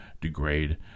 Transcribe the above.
degrade